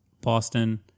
boston